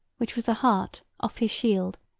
which was a hart off his shield,